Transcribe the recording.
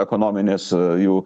ekonominis jų